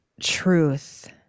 truth